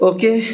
Okay